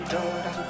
Dora